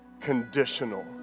conditional